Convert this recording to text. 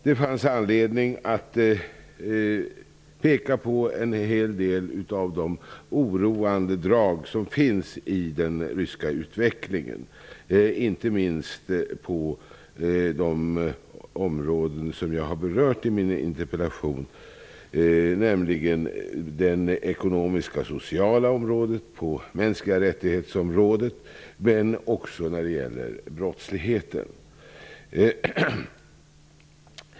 Det finns anledning att peka på en hel del av de oroande drag som finns i den ryska utvecklingen. Det gäller inte minst de områden som jag har berört i min interpellation -- det ekonomiska och sociala området och mänskligarättighets-området -- men också brottsligheten.